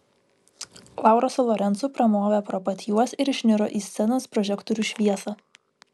laura su lorencu pramovė pro pat juos ir išniro į scenos prožektorių šviesą